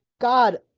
God